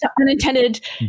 unintended